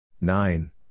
Nine